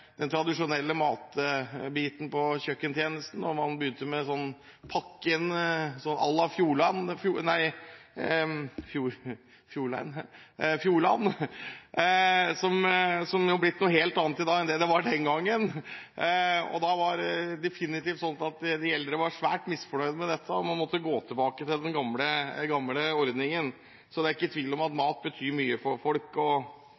den gangen jeg var helse- og omsorgskomitéleder, at man la ned den tradisjonelle matbiten på kjøkkentjenesten og begynte med pakker à la Fjordland – som jo er blitt noe helt annet i dag enn det var den gangen. Da var det definitivt sånn at de eldre var svært misfornøyde med dette, og man måtte gå tilbake til den gamle ordningen. Det er ikke tvil om at mat betyr mye for folk.